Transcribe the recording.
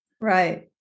right